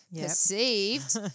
perceived